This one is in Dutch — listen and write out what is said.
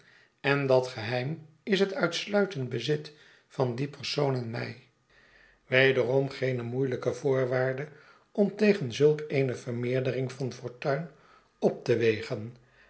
en het geheim is het uitsiuitend oezit van dien persoon en mij wederom geene moeieiijke voorwaarde om tegen zulk eene vermeerdering van fortuin op te wegen